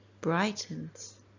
brightens